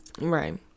Right